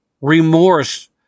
remorse